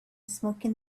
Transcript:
smoking